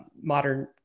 modern